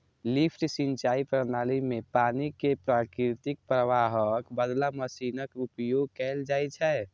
lift सिंचाइ प्रणाली मे पानि कें प्राकृतिक प्रवाहक बदला मशीनक उपयोग कैल जाइ छै